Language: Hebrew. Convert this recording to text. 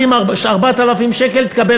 שים 4,000 שקל ותקבל